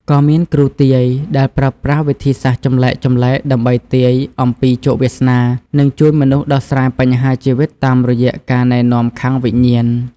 ក៏មាន គ្រូទាយ ដែលប្រើប្រាស់វិធីសាស្ត្រចម្លែកៗដើម្បីទាយអំពីជោគវាសនា និងជួយមនុស្សដោះស្រាយបញ្ហាជីវិតតាមរយៈការណែនាំខាងវិញ្ញាណ។